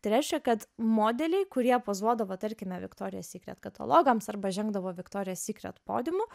tai reiškia kad modeliai kurie pozuodavo tarkime viktorija sykret katalogams arba žengdavo viktorijos sykret podiumu